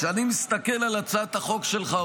כשאני מסתכל על הצעת החוק שלך,